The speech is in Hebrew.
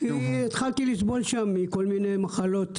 כי התחלתי לסבול שם מכל מיני מחלות,